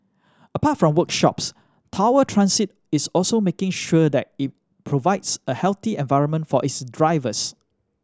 apart from workshops Tower Transit is also making sure that it provides a healthy environment for its drivers